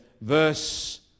verse